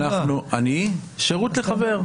שירות לחבר.